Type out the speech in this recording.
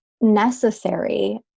necessary